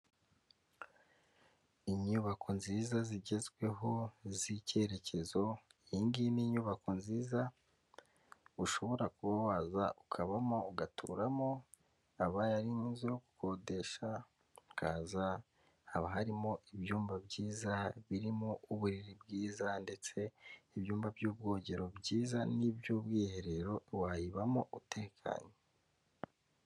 Inyubako nziza zigezweho z'icyerekezo iyingiyi n'inyubako nziza ushobora kuba waza ukabamo ugaturamo; abaye ari n'inzu gukodesha ukaza haba harimo ibyumba byiza birimo uburiri bwiza ndetse ibyumba by'ubwogero byiza n'iby'ubwiherero wayibamo utekanye.